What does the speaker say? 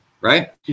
right